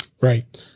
Right